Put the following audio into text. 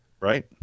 right